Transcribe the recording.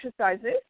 exercises